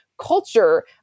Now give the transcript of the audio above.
culture